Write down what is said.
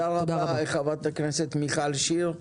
תודה רבה, חברת הכנסת שיר.